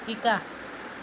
শিকা